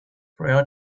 prior